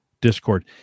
discord